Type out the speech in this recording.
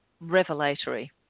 revelatory